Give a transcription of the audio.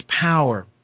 power